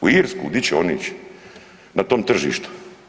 U Irsku, gdje će oni ići na tom tržištu.